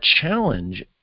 challenge